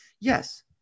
yes